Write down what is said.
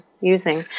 using